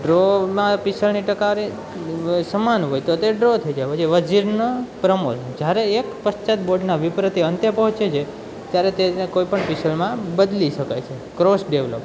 ડ્રોમાં પીસલની ટકા હારે સમાન હોય તે ડ્રો થઈ જાય વજીરનો ક્રમ હોય જ્યારે એક પશ્ચાત બોર્ડના વિપરેતે અંતે પહોંચે છે ત્યારે તેને કોઈ પણ વિષયમાં બદલી શકાય છે ક્રોસ ડેવલપમેંટ